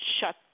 shut